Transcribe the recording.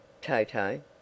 TOTO